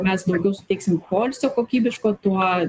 mes daugiau suteiksim poilsio kokybiško tuo